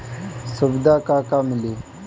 सुविधा का का मिली?